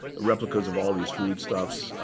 replicas of all these foodstuffs.